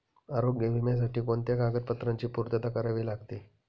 आरोग्य विम्यासाठी कोणत्या कागदपत्रांची पूर्तता करावी लागते?